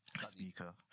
speaker